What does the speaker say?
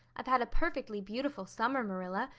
i've had a perfectly beautiful summer, marilla,